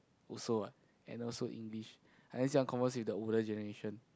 also what and also English unless you want converse with the older generation